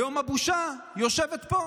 היום הבושה יושבת פה.